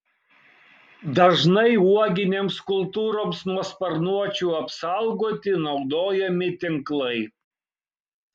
dažnai uoginėms kultūroms nuo sparnuočių apsaugoti naudojami tinklai